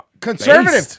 Conservative